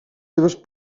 seves